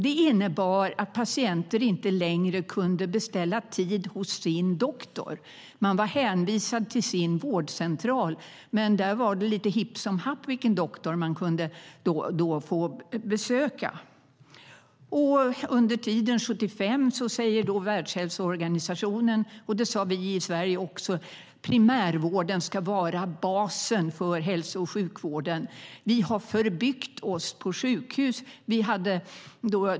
Den innebar att patienter inte längre kunde beställa tid hos sin doktor. Man var hänvisad till sin vårdcentral, men där var det lite hipp som happ vilken doktor man kunde få besöka. År 1975 sa Världshälsoorganisationen och även vi i Sverige: Primärvården ska vara basen för hälso och sjukvården. Vi har förbyggt oss på sjukhus, sa vi.